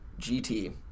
GT